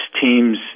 teams